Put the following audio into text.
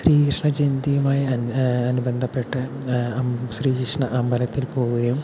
ശ്രീകൃഷ്ണജയന്തിയും ആയും അനുബന്ധപ്പെട്ട ശ്രീകൃഷ്ണ അമ്പലത്തിൽ പോവുകയും